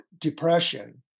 depression